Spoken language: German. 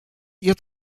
ihr